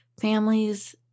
families